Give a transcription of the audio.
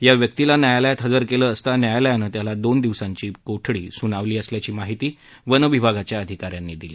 या व्यक्तीला न्यायालयात हजर केलं असता न्यायालयानं त्याला दोन दिवसांची कोठडी सुनावली असल्याची माहिती वन विभागाच्या अधिकाऱ्यांनी दिली